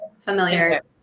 Familiar